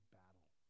battle